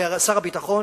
שר הביטחון,